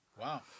Wow